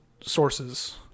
sources